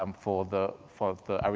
um for the, for the,